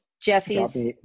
jeffy's